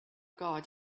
god